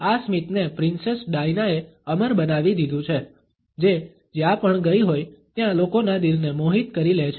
આ સ્મિતને પ્રિંસેસ ડાયનાએ અમર બનાવી દીધું છે જે જ્યાં પણ ગઇ હોય ત્યાં લોકોના દિલને મોહિત કરી લે છે